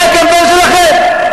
זה הקמפיין שלכם?